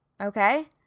okay